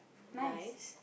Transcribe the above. nice